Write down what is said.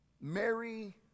Mary